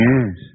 Yes